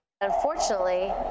Unfortunately